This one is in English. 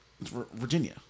Virginia